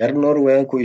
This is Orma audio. Jar Norway an kun